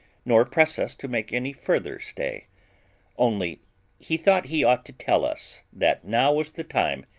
nor press us to make any further stay only he thought he ought to tell us that now was the time,